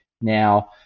now